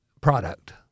product